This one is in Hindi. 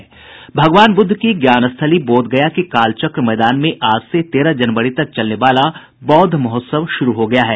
भगवान बुद्ध की ज्ञानस्थली बोधगया के कालचक्र मैदान में आज से तेरह जनवरी तक चलने वाला बौद्ध महोत्सव श्रू हो गया है